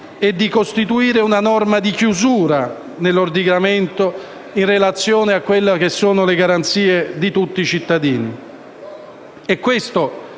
e di costituire una norma di chiusura nell'ordinamento, in relazione alle garanzie di tutti i cittadini.